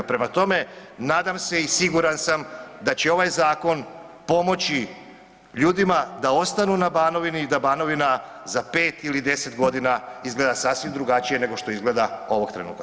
Prema tome, nadam se i siguran sam da će ovaj zakon pomoći ljudima da ostanu na Banovini i da Banovina za 5 ili 10 godina izgleda sasvim drugačije nego što izgleda ovog trenutka.